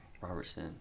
Robertson